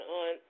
on